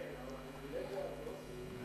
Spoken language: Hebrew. הפריווילגיה,